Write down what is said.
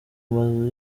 amazu